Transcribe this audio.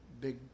big